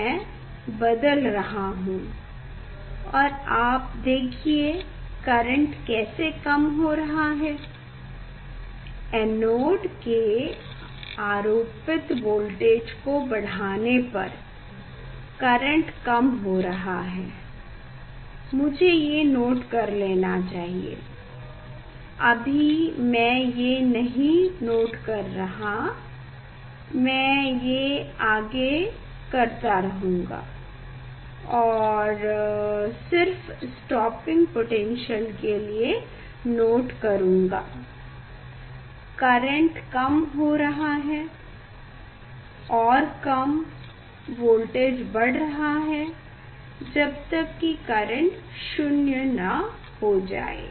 मैं बदल रहा हूँ और आप देखिए करेंट कैसे कम हो रहा है एनोड के आरोपीत वोल्टेज को बढ़ाने पर करेंट कम हो रहा है मुझे ये नोट कर लेना है अभी मैं ये नहीं नोट कर रहा मैं ये आगे करता रहूँगा और सिर्फ स्टॉपिंग पोटैन्श्यल के लिए नोट करूँगा करेंट कम हो रहा है और कम वोल्टेज बढ़ रहा है जब तक की करेंट 0 न हो जाए